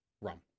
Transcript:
rum